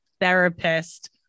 therapist